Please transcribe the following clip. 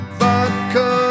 vodka